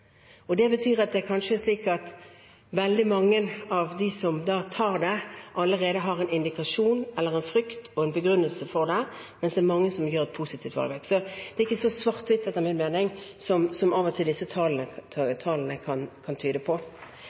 Det betyr at det kanskje er slik at veldig mange av dem som da tar det, allerede har en indikasjon, en frykt eller en begrunnelse for det, mens det er mange som gjør et positivt valg. Så det er ikke så svart-hvitt, etter min mening, som disse tallene av og til kan tyde på. Jeg er opptatt av at vi skal se på